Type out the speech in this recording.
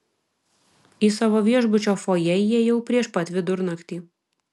į savo viešbučio fojė įėjau prieš pat vidurnaktį